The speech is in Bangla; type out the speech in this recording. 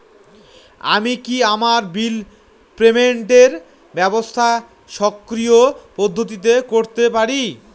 আমি কি আমার বিল পেমেন্টের ব্যবস্থা স্বকীয় পদ্ধতিতে করতে পারি?